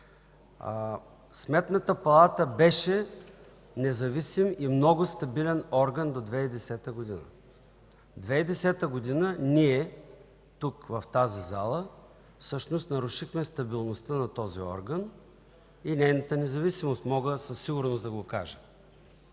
Сметната палата беше независим и много стабилен орган до 2010 г. През 2010 г. ние тук, в тази зала, всъщност нарушихме стабилността на този орган и нейната независимост, мога със сигурност да го кажа.